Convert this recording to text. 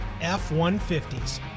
F-150s